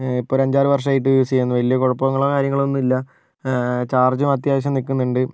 ഇപ്പമൊരു അഞ്ചാറ് വർഷമായിട്ട് യൂസ് ചെയ്യുന്നു വലിയ കുഴപ്പങ്ങളോ കാര്യങ്ങളൊന്നും ഇല്ല ചാർജും അത്യാവശ്യം നിൽക്കുന്നുണ്ട്